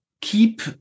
Keep